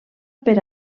per